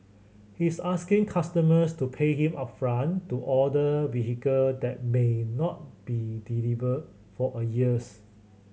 he's asking customers to pay him upfront to order vehicle that may not be delivered for a years